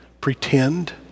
pretend